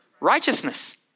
Righteousness